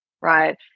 right